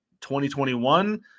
2021